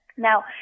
Now